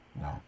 No